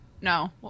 No